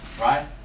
Right